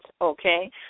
okay